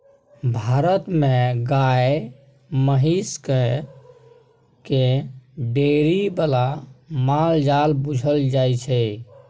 भारत मे गाए महिष केँ डेयरी बला माल जाल बुझल जाइ छै